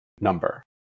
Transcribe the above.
number